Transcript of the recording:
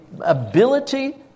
ability